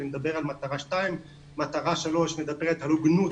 אני מדבר על מטרה 2. מטרה 3 מדברת על הוגנות